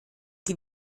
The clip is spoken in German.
die